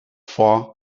for